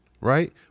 right